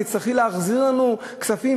תצטרכי להחזיר לנו כספים,